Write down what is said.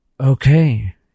Okay